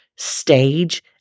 stage